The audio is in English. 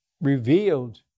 revealed